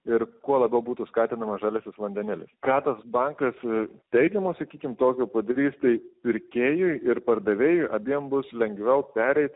ir kuo labiau būtų skatinamas žaliasis vandenilis ką tas bankas teigiamo sakykim sakykim tokio padarys tai pirkėjui ir pardavėjui abiem bus lengviau pereit